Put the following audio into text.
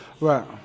Right